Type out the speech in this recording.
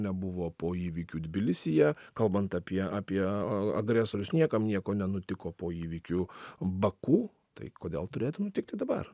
nebuvo po įvykių tbilisyje kalbant apie apie agresorius niekam nieko nenutiko po įvykių baku tai kodėl turėtų nutikti dabar